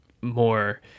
more